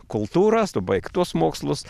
kultūras tu baik tuos mokslus